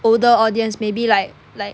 older audience maybe like like